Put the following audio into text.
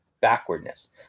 backwardness